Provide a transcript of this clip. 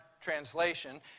translation